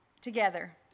together